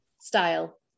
style